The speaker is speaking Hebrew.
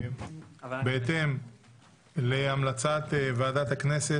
בהתאם להמלצת ועדת הכנסת